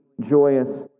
joyous